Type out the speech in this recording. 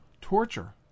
torture